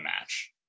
match